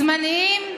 הזמניים והקבועים.